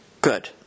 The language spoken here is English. Good